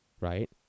Right